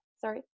sorry